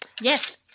Yes